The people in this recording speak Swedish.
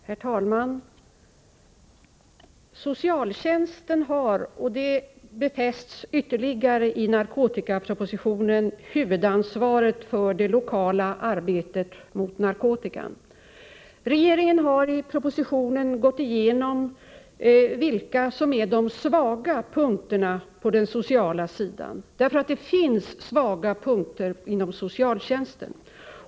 Herr talman! Socialtjänsten har — och får detta ytterligare befäst i narkotikapropositionen — huvudansvaret för det lokala arbetet mot narkotikan. Regeringen har i propositionen gått igenom vilka som är de svaga punkterna på den sociala sidan. Det finns nämligen svaga punkter inom socialtjänsten.